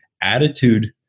attitude